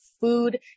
food